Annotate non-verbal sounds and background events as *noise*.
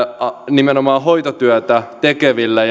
nimenomaan hoitotyötä tekeville *unintelligible*